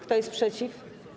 Kto jest przeciw?